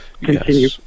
continue